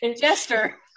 Jester